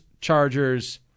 Chargers